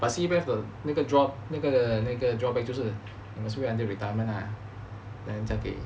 but C_P_F 的那个 drawback 就是 must wait until retirement lah then 才可以